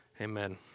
Amen